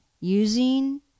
using